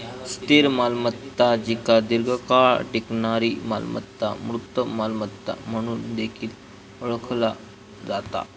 स्थिर मालमत्ता जिका दीर्घकाळ टिकणारी मालमत्ता, मूर्त मालमत्ता म्हणून देखील ओळखला जाता